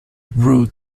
brew